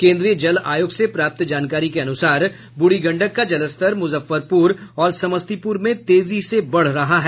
केन्द्रीय जल आयोग से प्राप्त जानकारी के अनुसार बूढ़ी गंडक का जलस्तर मुजफ्फरपुर और समस्तीपुर में तेजी से बढ़ रहा है